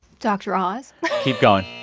dr. oz keep going.